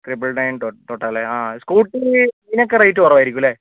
triple nine തൊട്ട് അല്ലേ ആ സ്കൂട്ടി ഇതിനൊക്കെ റേറ്റ് കുറവായിരിക്കും അല്ലേ